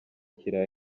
kira